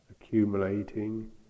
accumulating